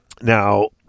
Now